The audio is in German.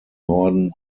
norden